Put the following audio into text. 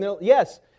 Yes